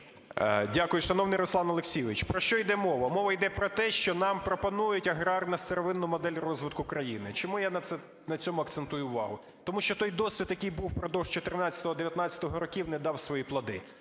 Дякую. Шановний Руслан Олексійович, про що іде мова? Мова йде про те, що нам пропонують аграрно-сировинну модель розвитку країни. Чому я на цьому акцентую увагу? Тому що той досвід, який був впродовж 14-го – 19-го років не дав свої плоди.